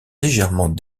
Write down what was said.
légèrement